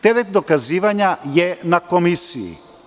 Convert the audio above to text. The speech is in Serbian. Teret dokazivanja je na komisiji.